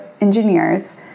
Engineers